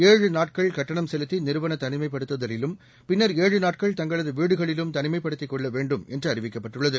ஏழு நாட்கள் கடட்ணம் செலுத்தி நிறுவன தனிமைப்படுத்தலிலும் பின்னர் ஏழு நாட்கள் தங்களது வீடுகளிலும் தனிமைப்படுத்திக் கொள்ள வேண்டும் என்று அறிவிக்கப்பட்டுள்ளது